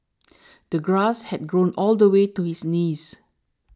the grass had grown all the way to his knees